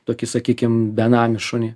tokį sakykim benamį šunį